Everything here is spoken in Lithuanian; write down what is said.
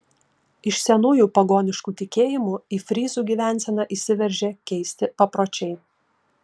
iš senųjų pagoniškų tikėjimų į fryzų gyvenseną įsiveržė keisti papročiai